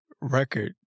record